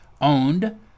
owned